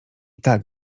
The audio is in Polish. tak